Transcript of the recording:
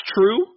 true